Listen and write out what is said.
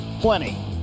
plenty